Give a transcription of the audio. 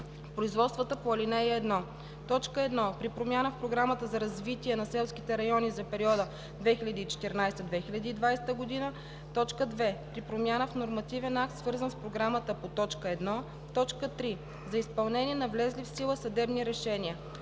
производствата по ал. 1: 1. при промяна в Програмата за развитие на селските райони за периода 2014 – 2020 г.; 2. при промяна в нормативен акт, свързан с програмата по т. 1; 3. за изпълнение на влезли в сила съдебни решения;